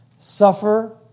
Suffer